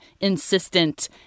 insistent